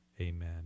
amen